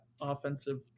offensive